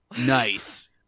Nice